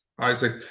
Isaac